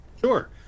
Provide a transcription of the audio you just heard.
Sure